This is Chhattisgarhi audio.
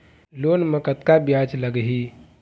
लोन म कतका ब्याज लगही?